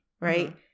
right